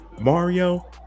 Mario